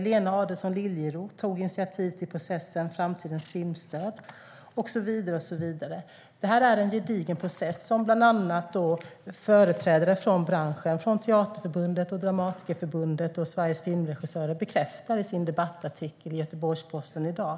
Lena Adelsohn Liljeroth tog initiativ till processen Framtidens filmstöd och så vidare. Det är en gedigen process, vilket bland andra företrädare för branschen - Teaterförbundet, Dramatikerförbundet och Sveriges Filmregissörer - bekräftar i en debattartikel i Göteborgs-Posten i dag.